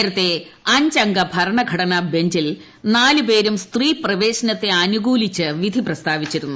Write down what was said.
നേരത്തെ അഞ്ചംഗ ഭരണഘടനാ ബഞ്ചിൽ നാലു പേരും സ്ത്രീ പ്രവേശനത്തെ അനുകൂലിച്ച് വിധി പ്രസ്താവിച്ചിരുന്നു